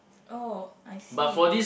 oh I see